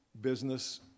business